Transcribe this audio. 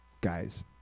Guys